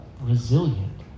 resilient